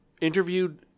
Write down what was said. interviewed